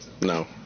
No